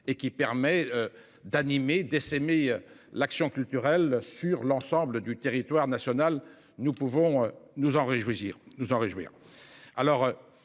permet d'animer et d'essaimer l'action culturelle sur l'ensemble du territoire national. Nous ne pouvons que nous en réjouir.